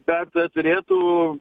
bet turėtų